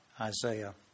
Isaiah